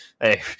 Hey